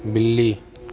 बिल्ली